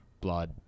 blood